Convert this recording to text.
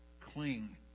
cling